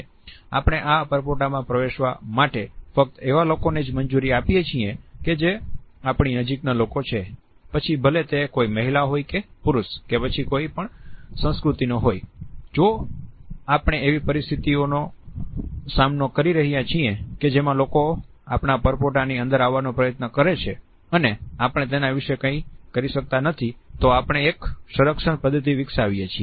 આપણે આ પરપોટામાં પ્રવેશવા માટે ફક્ત એવા લોકોને જ મંજૂરી આપીએ છીએ કે જે આપણી નજીકના લોકો છે પછી ભલે તે કોઈ મહિલા હોય કે પુરુષ કે પછી કોઈ પણ સંસ્કૃતિનો હોય જો આપણે એવી પરિસ્થિતિનો સામનો કરી રહ્યા છીએ કે જેમાં લોકો આપણા પરપોટાની અંદર આવાનો પ્રયત્ન કરે છે અને આપણે તેના વિશે કંઇ કરી શકતા નથી તો આપણે એક સંરક્ષણ પદ્ધતિ વિકસાવીએ છીએ